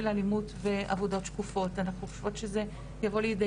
אלימות ועבודות שקופות אנחנו חושבות שזה יבוא לידי